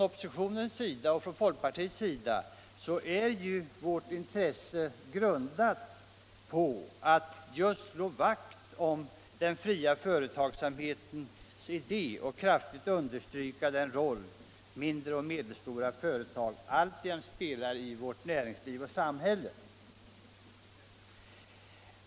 Oppositionens intresse grundar sig på att vi vill slå vakt om den fria företagsamhetens idé och kraftigt understryka den roll som mindre och medelstora företag alltjämt spelar i vårt näringsliv och samhälle.